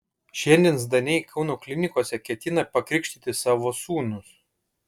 šiandien zdaniai kauno klinikose ketina pakrikštyti savo sūnus